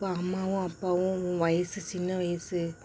அப்போ அம்மாவும் அப்பாவும் உன் வயது சின்ன வயது